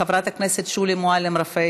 חברת הכנסת שולי מועלם-רפאלי,